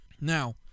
Now